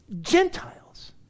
Gentiles